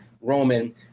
Roman